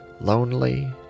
lonely